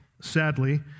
sadly